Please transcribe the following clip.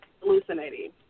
hallucinating